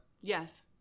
Yes